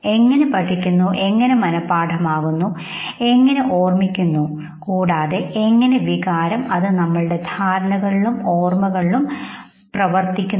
എങ്ങനെ പഠിക്കുന്നു എങ്ങനെ മനപാഠമാക്കുന്നു എങ്ങനെ ഓർമ്മിക്കുന്നു കൂടാതെ എങ്ങനെ വികാരം അത് നമ്മുടെ ധാരണകളിലും ഓർമ്മകകളിലും എങ്ങനെ പ്രവർത്തിക്കുന്നു